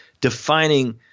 defining